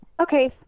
Okay